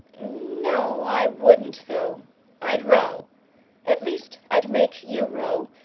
no, i wouldn't though i'd row at least i'd make you row,